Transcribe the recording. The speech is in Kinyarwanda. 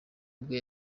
bwe